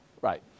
right